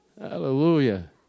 Hallelujah